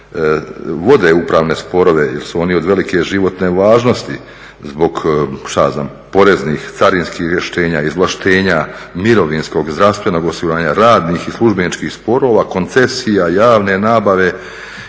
vode Upravne sporove jer su oni od velike životne važnosti, zbog šta ja znam poreznih, carinskih rješenja, izvlaštenja, mirovinskog, zdravstvenog osiguranja, radnih i službeničkih sporova, koncesija, javne nabave